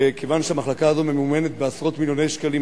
וכיוון שהמחלקה הזאת ממומנת בעשרות מיליוני שקלים,